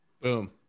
Boom